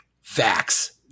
facts